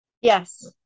Yes